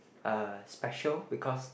uh special because